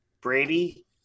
Brady